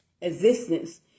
existence